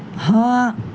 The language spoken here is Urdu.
ہاں